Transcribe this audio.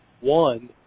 One